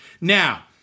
Now